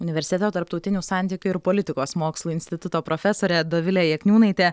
universiteto tarptautinių santykių ir politikos mokslų instituto profesorė dovilė jakniūnaitė